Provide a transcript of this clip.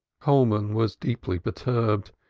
coleman was deeply perturbed.